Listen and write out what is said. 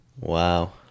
Wow